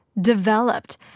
developed